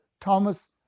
Thomas